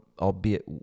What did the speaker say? albeit